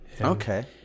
Okay